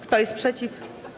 Kto jest przeciw?